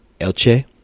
Elche